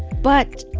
but